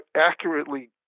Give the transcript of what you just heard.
accurately